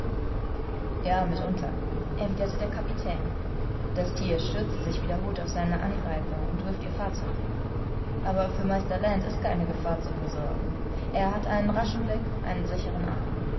ja mitunter erwiderte der kapitän das thier stürzt sich wiederholt auf seine angreifer und wirst ihr fahrzeug um aber für meister land ist keine gefahr zu besorgen er hat einen raschen blick einen sicheren arm